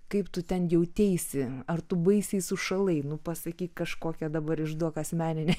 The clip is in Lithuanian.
kaip tu ten jauteisi ar tu baisiai sušalai nu pasakyk kažkokią dabar išduok asmeninę